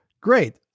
great